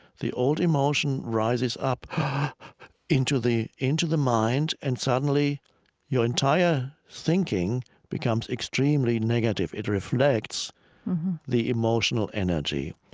the old emotion rises up into the into the mind, and suddenly your entire thinking becomes extremely negative. it reflects the emotional energy.